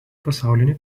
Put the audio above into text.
pasaulinį